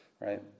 Right